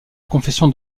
confession